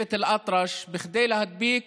לשבט אל-אטרש כדי להדביק